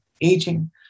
aging